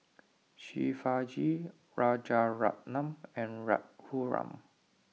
Shivaji Rajaratnam and Raghuram